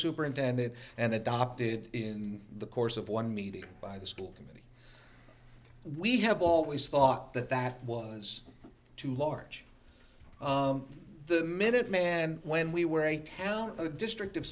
superintendent and adopted in the course of one meeting by the school committee we have always thought that that was too large the minutemen when we were in town a district of